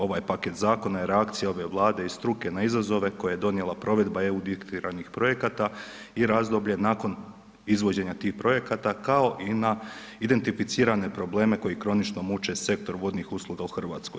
Ovaj paket zakona je reakcija ove Vlade i struke na izazove koje je donijela provedba EU diktiranih projekata i razdoblje nakon izvođenja tih projekata kao i na identificirane probleme koji kronično muče sektor vodnih usluga u Hrvatskoj.